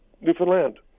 Newfoundland